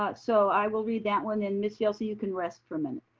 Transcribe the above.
but so i will read that one and ms. yelsey you can rest for a minute.